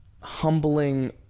humbling